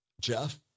Jeff